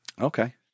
Okay